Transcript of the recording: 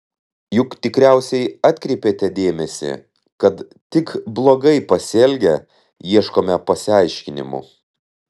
juk tikriausiai atkreipėte dėmesį kad tik blogai pasielgę ieškome pasiaiškinimų